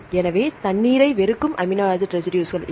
எனவே தண்ணீரை வெறுக்கும் அமினோ ஆசிட் ரெசிடுஸ்கள் எவை